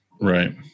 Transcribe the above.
right